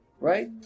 right